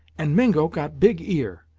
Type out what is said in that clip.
and mingo got big ear.